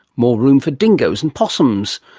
more room for dingoes and possums.